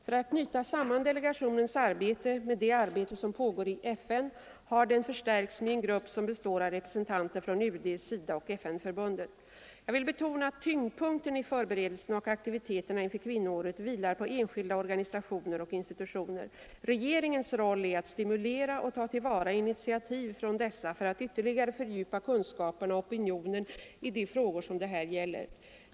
För att knyta samman delegationens arbete med det arbete som pågår i FN har den förstärkts med en grupp, som består av representanter från UD, SIDA och FN-förbundet. Jag vill betona att tyngdpunkten i förberedelserna och aktiviteterna inför kvinnoåret vilar på enskilda organisationer och institutioner. Regeringens roll är att stimulera och ta till vara initiativ från dessa för att ytterligare fördjupa kunskaperna och opinionen i de frågor som det här gäller.